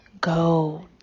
go